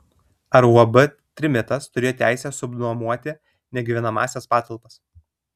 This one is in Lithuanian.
ar uab trimitas turėjo teisę subnuomoti negyvenamąsias patalpas